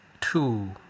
two